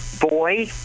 Boy